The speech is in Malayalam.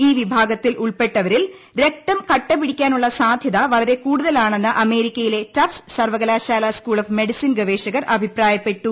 ഈ വിഭാഗത്തിൽ ഉൾപ്പെട്ടവരിൽ രക്തം കട്ടപിടിക്കാനുള്ള സാധ്യത വളരെ കൂടുതലാണെന്ന് അമേരിക്കയിലെ ടഫ്റ്റസ് സർവ്വകലാശാല സ്കൂൾ ഓഫ് മെഡിസിൻ ഗവേഷകർ അഭിപ്രായപ്പെട്ടു